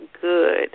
good